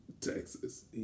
Texas